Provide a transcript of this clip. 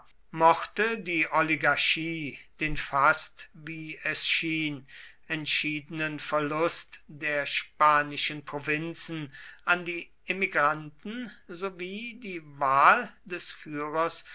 mochte die oligarchie den fast wie es schien entschiedenen verlust der spanischen provinzen an die emigranten sowie die wahl des führers